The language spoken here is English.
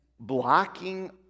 blocking